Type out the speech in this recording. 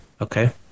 Okay